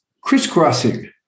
crisscrossing